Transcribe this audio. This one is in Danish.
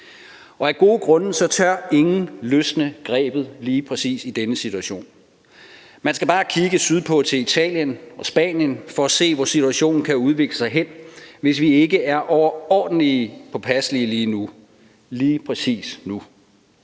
Af gode grunde tør ingen løsne grebet lige præcis i denne situation. Man skal bare kigge sydpå til Italien og Spanien for at se, hvor situationen kan udvikle sig hen, hvis vi ikke er overordentlig påpasselige lige nu – lige præcis nu.